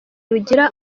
rugira